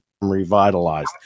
revitalized